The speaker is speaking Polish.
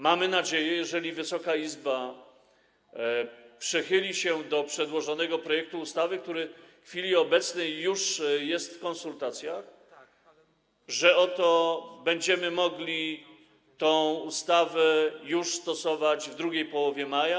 Mamy nadzieję, jeżeli Wysoka Izba przychyli się do przedłożonego projektu ustawy, który w chwili obecnej już jest w trakcie konsultacji, że będziemy mogli już tę ustawę stosować w drugiej połowie maja.